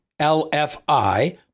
LFI